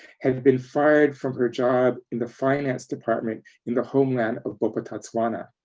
had been fired from her job in the finance department in the homeland of bophuthatswana.